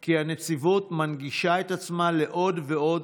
כי הנציבות מנגישה את עצמה לעוד ועוד